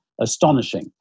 astonishing